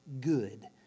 good